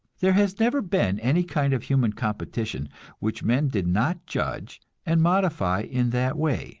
there has never been any kind of human competition which men did not judge and modify in that way